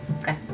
Okay